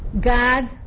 God